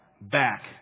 back